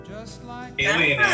Alien